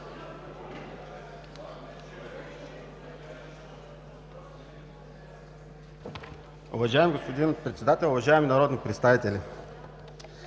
Уважаеми господин Председател, уважаеми народни представители!